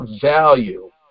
value